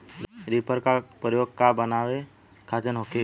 Reaper का प्रयोग का बनावे खातिन होखि?